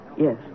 Yes